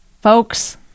Folks